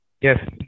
Yes